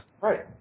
Right